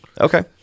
Okay